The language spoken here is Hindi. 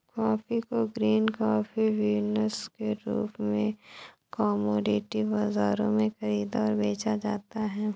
कॉफी को ग्रीन कॉफी बीन्स के रूप में कॉमोडिटी बाजारों में खरीदा और बेचा जाता है